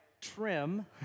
trim